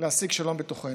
להשיג שלום בתוכנו.